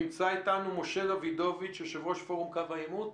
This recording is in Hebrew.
נמצא איתנו משה דוידוביץ' יושב-ראש פורום קו העימות?